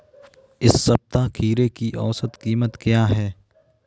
इस सप्ताह खीरे की औसत कीमत क्या है?